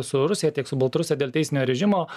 su rusija tiek su baltarusija dėl teisinio režimo